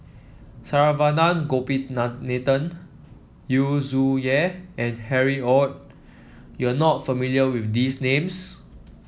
Saravanan Yu Zhuye and Harry Ord you are not familiar with these names